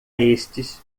estes